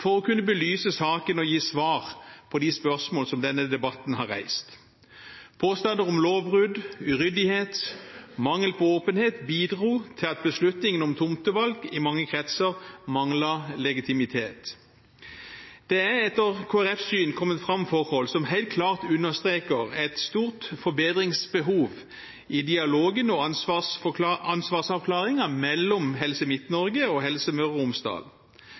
for å kunne belyse saken og gi svar på de spørsmål som denne debatten har reist. Påstander om lovbrudd, uryddighet og mangel på åpenhet bidro til at beslutningen om tomtevalg i mange kretser manglet legitimitet. Det er, etter Kristelig Folkepartis syn, kommet fram forhold som helt klart understreker et stort forbedringsbehov i dialogen og ansvarsavklaringen mellom Helse Midt-Norge og Helse Møre og Romsdal.